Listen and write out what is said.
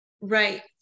Right